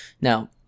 Now